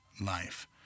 life